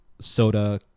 soda